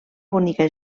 bonica